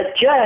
judge